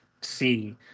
see